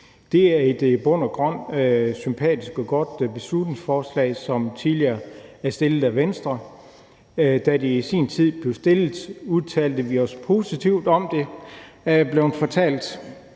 Det er i bund og grund et sympatisk og godt beslutningsforslag, som tidligere er fremsat af Venstre. Da det i sin tid blev fremsat, udtalte vi os positivt om det, er jeg blevet fortalt.